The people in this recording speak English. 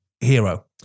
hero